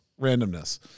randomness